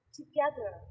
together